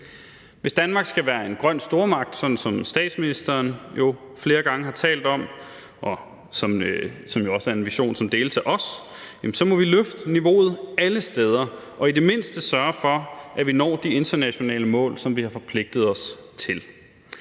Hvis Danmark skal være en grøn stormagt, sådan som statsministeren jo flere gange har talt om, og som jo også er en vision, som deles af os, så må vi løfte niveauet alle steder og i det mindste sørge for, at vi når de internationale mål, som vi har forpligtet os til.